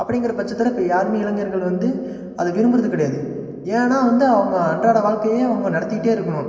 அப்படிங்கிற பட்சத்தில் இப்போ யாருமே இளைஞர்கள் வந்து அதை விரும்புறது கிடையாது ஏன்னா வந்து அவங்க அன்றாட வாழ்க்கையே அவங்க நடத்தியிட்டே இருக்கணும்